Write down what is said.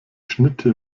schnitte